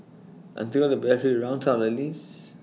until the battery runs out at least